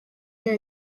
iyo